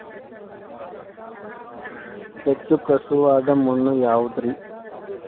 ಹೆಚ್ಚು ಖಸುವಾದ ಮಣ್ಣು ಯಾವುದು ರಿ?